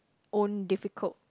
own difficult~